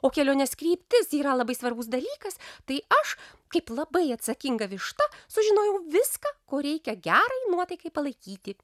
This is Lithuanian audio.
o kelionės kryptis yra labai svarbus dalykas tai aš kaip labai atsakinga višta sužinojau viską ko reikia gerai nuotaikai palaikyti